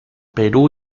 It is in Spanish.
perú